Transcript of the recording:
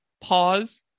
pause